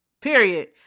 Period